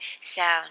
sound